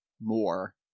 more